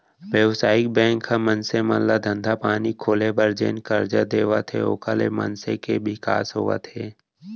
बेवसायिक बेंक ह मनसे मन ल धंधा पानी खोले बर जेन करजा देवत हे ओखर ले मनसे के बिकास होवत हे